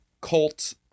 cult